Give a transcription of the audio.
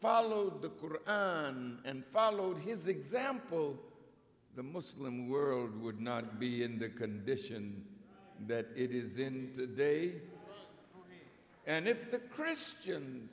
follow the course and follow his example the muslim world would not be in the condition that it is in today and if the christian